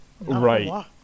right